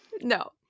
No